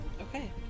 Okay